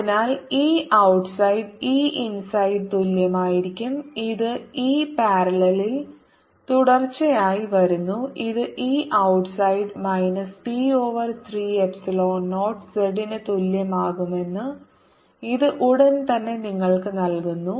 അതിനാൽ E outside E inside തുല്യമായിരിക്കും ഇത് E പാരലൽ ൽ നിന്ന് തുടർച്ചയായി വരുന്നു ഇത് E outside minus p over 3 epsilon 0 z ന് തുല്യമാകുമെന്ന് ഇത് ഉടൻ തന്നെ നിങ്ങൾക്ക് നൽകുന്നു